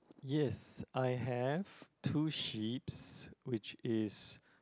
yes I have two sheep's which is